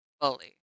fully